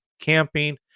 camping